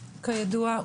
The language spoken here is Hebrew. כידוע,